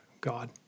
God